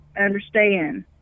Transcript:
understand